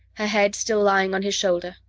her head still lying on his shoulder.